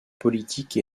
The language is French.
politique